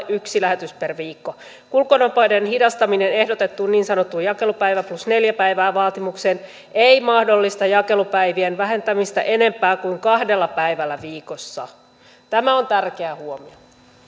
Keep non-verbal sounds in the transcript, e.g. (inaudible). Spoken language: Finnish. (unintelligible) yksi lähetys per viikko kulkunopeuden hidastaminen ehdotettuun niin sanottuun jakelupäivä plus neljä päivää vaatimukseen ei mahdollista jakelupäivien vähentämistä enempää kuin kahdella päivällä viikossa tämä on tärkeä huomio